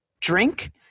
drink